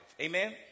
Amen